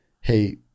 Hey